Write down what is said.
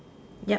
yup